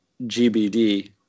gbd